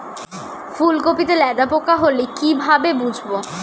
ফুলকপিতে লেদা পোকা হলে কি ভাবে বুঝবো?